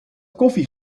koffie